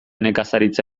nekazaritza